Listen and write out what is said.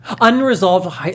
Unresolved